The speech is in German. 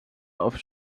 auf